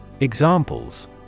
Examples